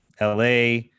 LA